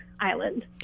island